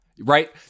right